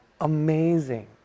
amazing